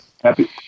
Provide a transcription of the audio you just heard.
Happy